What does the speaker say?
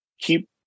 keep